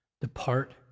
depart